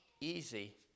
easy